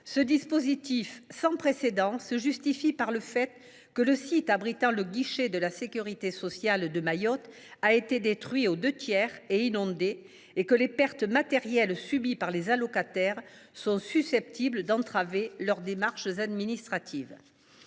Ce dispositif sans précédent se justifie par le fait que le site abritant le guichet de la caisse de sécurité sociale de Mayotte a été détruit aux deux tiers et inondé, et que les pertes matérielles subies par les allocataires sont susceptibles d’entraver leurs démarches administratives.